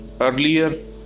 earlier